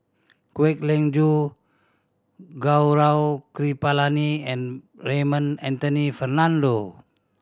Kwek Leng Joo Gaurav Kripalani and Raymond Anthony Fernando